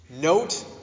Note